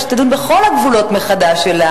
להשתכר כמה אלפי דולרים בחודש,